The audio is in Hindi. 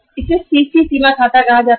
इसे सीसी लिमिट खाता कहा जाता है